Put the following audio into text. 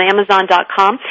Amazon.com